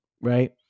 right